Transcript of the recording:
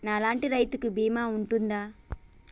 నా లాంటి రైతు కి బీమా ఉంటుందా?